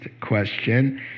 question